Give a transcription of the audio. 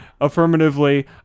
affirmatively